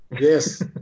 Yes